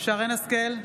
שרן מרים השכל,